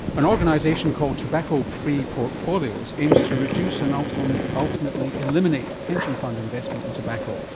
an organisation called tobacco-free portfolios aims to reduce and ultimately ultimately eliminate the pension fund investment in tobacco.